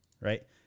right